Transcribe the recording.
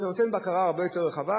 זה נותן בקרה הרבה יותר רחבה,